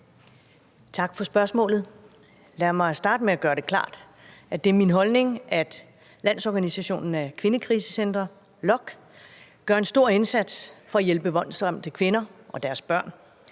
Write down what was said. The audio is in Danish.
Tak for spørgsmålet. Lad mig starte med at gøre det klart, at det er min holdning, at Landsorganisationen af kvindekrisecentre, LOKK, gør en stor indsats for at hjælpe voldsramte kvinder og deres børn,